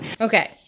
Okay